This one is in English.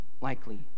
likely